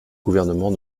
gouvernement